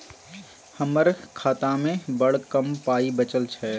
हमर खातामे बड़ कम पाइ बचल छै